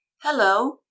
hello